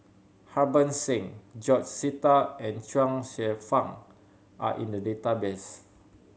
Harbans Singh George Sita and Chuang Hsueh Fang are in the database